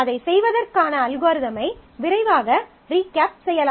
அதைச் செய்வதற்கான அல்காரிதமை விரைவாக ரீகேப் செய்யலாம்